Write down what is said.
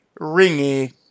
ringy